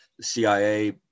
CIA